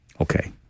Okay